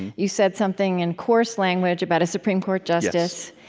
you said something in coarse language about a supreme court justice,